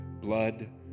blood